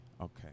Okay